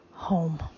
home